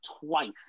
twice